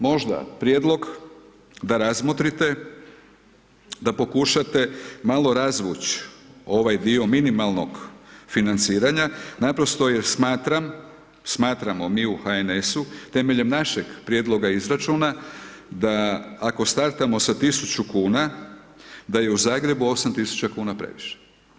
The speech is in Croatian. Možda prijedlog, da razmotrite, da pokušate, malo razvući ovaj dio minimalnog financiranja, naprosto jer smatram, smatramo mi u HNS-u, temeljem našeg prijedloga izračuna, da ako startamo sa tisuću kuna, da je u Zagrebu, osam tisuća kuna previše.